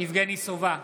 יבגני סובה,